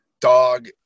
dog